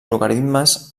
logaritmes